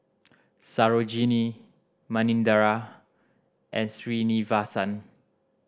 Sarojini Manindra and Srinivasa